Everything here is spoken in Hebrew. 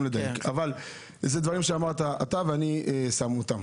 אלה דברים שאמרת, ואני חוזר עליהם.